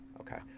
Okay